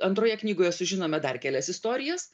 antroje knygoje sužinome dar kelias istorijas